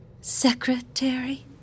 Secretary